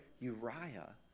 Uriah